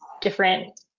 different